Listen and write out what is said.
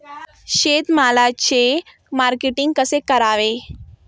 शेतमालाचे मार्केटिंग कसे करावे?